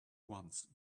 once